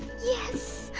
yes.